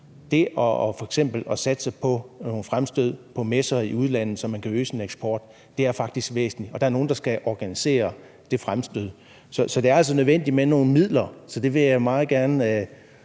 at satse på nogle fremstød på messer i udlandet, så man kan øge sin eksport, er faktisk væsentligt. Og der er nogle, der skal organisere det fremstød, så det er altså nødvendigt med nogle midler. Så det vil jeg meget gerne